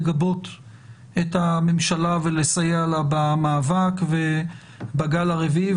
לגבות את הממשלה ולסייע לה במאבק בגל הרביעי,